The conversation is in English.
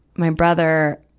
my brother,